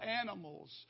animals